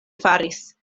faris